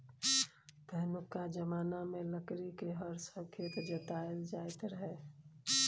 पहिनुका जमाना मे लकड़ी केर हर सँ खेत जोताएल जाइत रहय